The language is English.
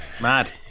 Mad